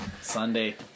Sunday